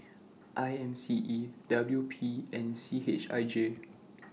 I M C E W P and C H I J